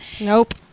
Nope